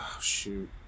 shoot